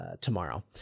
tomorrow